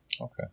Okay